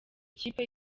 ikipe